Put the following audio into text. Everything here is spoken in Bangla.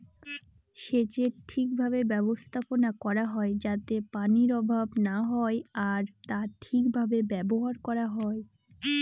সেচের ঠিক ভাবে ব্যবস্থাপনা করা হয় যাতে পানির অভাব না হয় আর তা ঠিক ভাবে ব্যবহার করা হয়